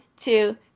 two